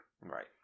Right